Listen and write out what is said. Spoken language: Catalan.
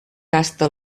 gasta